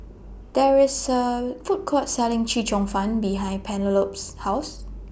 There IS A Food Court Selling Chee Cheong Fun behind Penelope's House